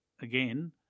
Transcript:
again